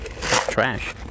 Trash